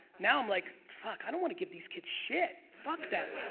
now, i'm like fuck i don't want to give these kids shit. fuck that.